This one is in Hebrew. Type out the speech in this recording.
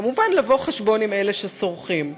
בוודאי, לבוא חשבון עם אלה שסורחים,